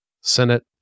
Senate